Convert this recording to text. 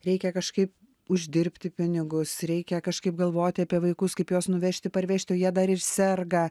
reikia kažkaip uždirbti pinigus reikia kažkaip galvoti apie vaikus kaip juos nuvežti parvežti o jie dar ir serga